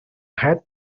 had